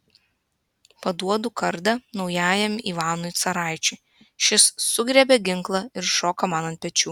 paduodu kardą naujajam ivanui caraičiui šis sugriebia ginklą ir šoka man ant pečių